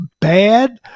bad